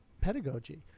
pedagogy